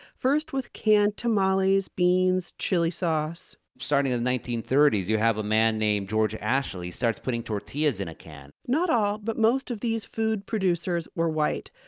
first with canned tamales, beans, chili sauce starting in the nineteen thirty s you have a man named george ashley who starts putting tortillas in a can not all, but most of these food producers were white.